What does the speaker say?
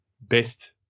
best